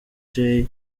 jay